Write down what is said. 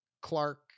Clark